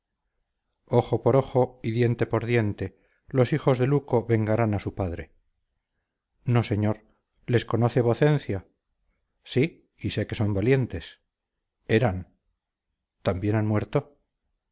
ojo por ojo y diente por diente los hijos de luco vengarán a su padre no señor les conoce vocencia sí y sé que son valientes eran también han muerto